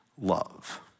love